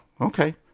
okay